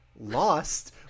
lost